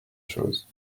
choses